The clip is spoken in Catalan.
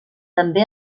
també